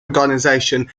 organization